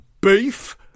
Beef